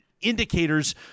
indicators